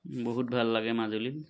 বহুত ভাল লাগে মাজুলীত